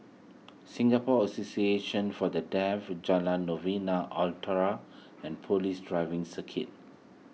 Singapore Association for the Deaf Jalan Novena Utara and Police Driving Circuit